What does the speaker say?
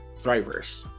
thrivers